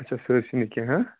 اَچھا سٲرۍسٕے نہٕ کیٚنٛہہ ہہ